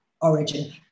origin